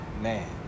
man